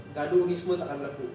gaduh ni semua takkan berlaku